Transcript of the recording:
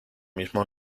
mismo